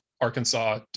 Arkansas